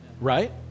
Right